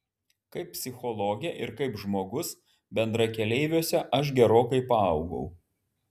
kaip psichologė ir kaip žmogus bendrakeleiviuose aš gerokai paaugau